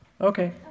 Okay